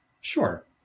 Sure